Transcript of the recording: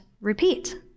repeat